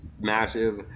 massive